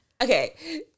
okay